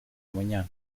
munyana